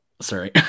sorry